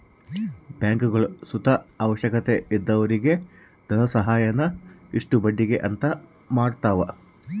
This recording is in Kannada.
ಬ್ಯಾಂಕ್ಗುಳು ಸುತ ಅವಶ್ಯಕತೆ ಇದ್ದೊರಿಗೆ ಧನಸಹಾಯಾನ ಇಷ್ಟು ಬಡ್ಡಿಗೆ ಅಂತ ಮಾಡತವ